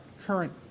current